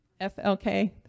FLK